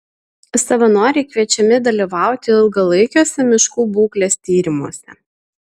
savanoriai kviečiami dalyvauti ilgalaikiuose miškų būklės tyrimuose